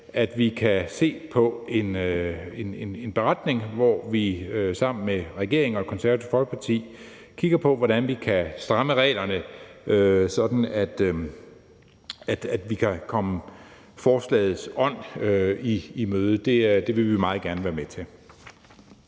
at vi kan se på at lave en beretning, hvor vi sammen med regeringen og Det Konservative Folkeparti kigger på, hvordan vi kan stramme reglerne, sådan at vi kan komme forslagets ånd i møde. Det vil vi meget gerne være med til.